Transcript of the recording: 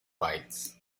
bytes